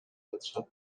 жатышат